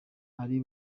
ari